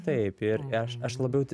taip ir aš aš labiau